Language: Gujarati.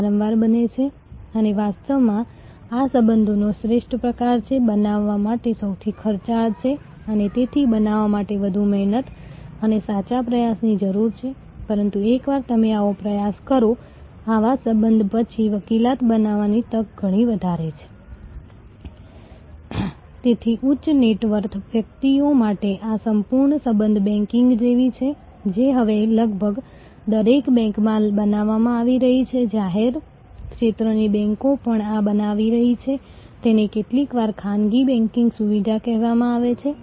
ગ્રાહક માટે આ ફાયદાઓ છે જે સારી લાગણીની ભલાઈની થોડી માનસિક લાગણી આપે છે અને હા સેવા વ્યવસાય પર તેની ઘણી મોટી અસર પડે છે કારણ કે તે ઘણી વખત આવેગ ખરીદી બનાવે છે દાખલા તરીકે જો તમે કોઈ રેસ્ટોરન્ટ માં અવારનવાર જાવ છો તો શક્ય છે કે જો તેમની પાસે તમારી વિગત હોય તો તમને જન્મદિવસની શુભેચ્છા કાર્ડ મોકલશે અથવા તો જો તમે તે રેસ્ટોરન્ટ માં એક કે બે વાર પાર્ટી કરી હશે તો તમારા જન્મદિવસના આગલા દિવસે તેઓ તમને ફોન કરીને પૂછશે કે શું તમારા માટે છેલ્લી વખત ની જેમ પાર્ટી નું આયોજન કરવું છે